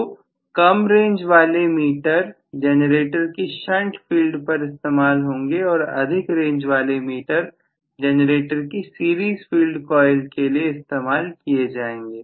तो कम रेंज वाले मीटर जनरेटर की शंट फील्ड पर इस्तेमाल होंगे और अधिक रेंज वाले मीटर जनरेटर की सीरीज फील्ड कॉइल के लिए इस्तेमाल किए जाएंगे